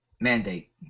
Mandate